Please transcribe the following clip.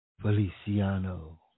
Feliciano